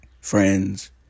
Friends